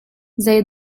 zei